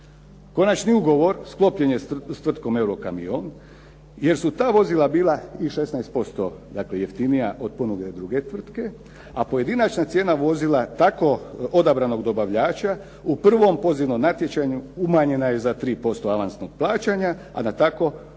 Konačni ugovor sklopljen s tvrtkom "Eurokamion" jer su ta vozila bila i 16% dakle jeftinija od ponude druge tvrtke, a pojedinačna cijena vozila tako odabranog dobavljača u prvom pozivnom natječaju umanjena je za 3% avansnog plaćanja, a na tako ugovorenu